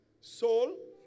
soul